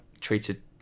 treated